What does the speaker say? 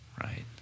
Right